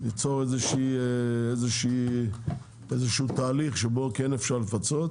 ליצור איזה שהוא תהליך שבו כן אפשר לפצות